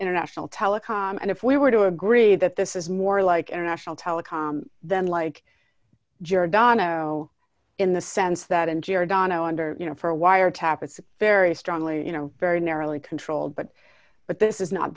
international telecom and if we were to agree that this is more like international telecom than like giordano in the sense that in giordano under you know for a wiretap it's very strongly you know very narrowly controlled but but this is not